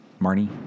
marnie